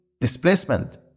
displacement